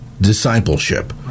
discipleship